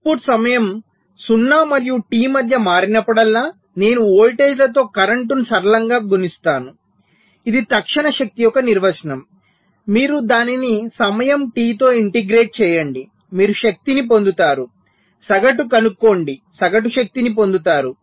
output సమయం 0 మరియు T మధ్య మారినప్పుడల్లా నేను వోల్టేజ్లతో కరెంట్ను సరళంగా గుణిస్తాను ఇది తక్షణ శక్తి యొక్క నిర్వచనం మీరు దానిని సమయం T తో ఇంటిగ్రేట్ చేయండి మీరు శక్తిని పొందుతారు సగటు కనుక్కోండి సగటు శక్తిని పొందుతారు